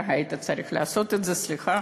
אתה היית צריך לעשות את זה, סליחה.